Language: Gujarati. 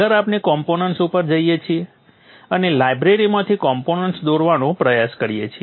આગળ આપણે કોમ્પોનન્ટ્સ ઉપર જઈએ છીએ અને લાઇબ્રેરીમાંથી કોમ્પોનન્ટ્સ દોરવાનો પ્રયાસ કરીએ છીએ